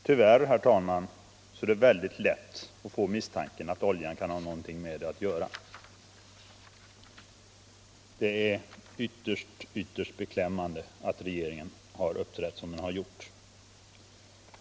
Tyvärr, herr talman, är det mycket lätt att få misstanken att oljan kan ha någonting med det hela att göra. Det är ytterst beklämmande att regeringen har uppträtt som den gjort.